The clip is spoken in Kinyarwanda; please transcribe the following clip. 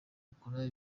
bakora